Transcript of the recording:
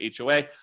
HOA